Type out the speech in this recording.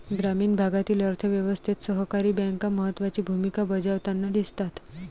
ग्रामीण भागातील अर्थ व्यवस्थेत सहकारी बँका महत्त्वाची भूमिका बजावताना दिसतात